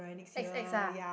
X X ah